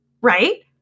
Right